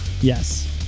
Yes